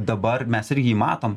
dabar mes irgi jį matom